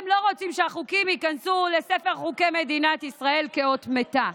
אתם לא רוצים שהחוקים ייכנסו לספר החוקים של מדינת ישראל כאות מתה.